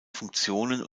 funktionen